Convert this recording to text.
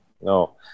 no